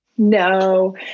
No